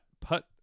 put